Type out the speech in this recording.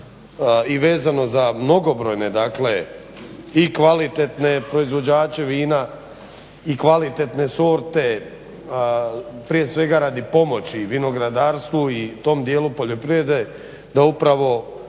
i vezano za mnogobrojne dakle i kvalitetne proizvođače vina i kvalitetne sorte prije svega radi pomoći vinogradarstvu i tom dijelu poljoprivrede da upravo